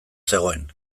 zegoen